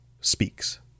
speaks